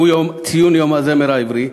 שהוא ציון יום הזמר העברי,